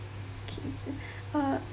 uh